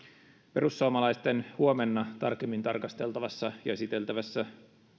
perussuomalaisten huomenna tarkemmin tarkasteltavassa ja esiteltävässä